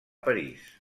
parís